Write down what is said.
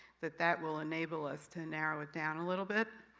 that that will enable us to narrow it down a little bit.